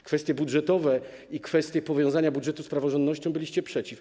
W kwestiach budżetowych i kwestii powiązania budżetu z praworządnością byliście przeciw.